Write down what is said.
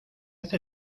hace